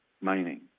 mining